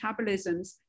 metabolisms